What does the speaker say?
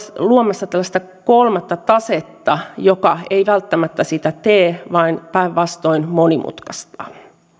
luomassa tällaista kolmatta tasetta joka ei välttämättä sitä tee vaan päinvastoin monimutkaistaa